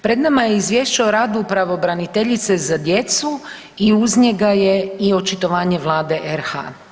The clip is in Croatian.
Pred nama je Izvješće o radu pravobraniteljice za djecu i uz njega je i očitovanje Vlade RH.